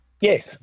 Yes